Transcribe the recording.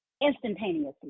instantaneously